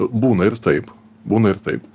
būna ir taip būna ir taip